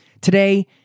Today